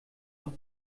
noch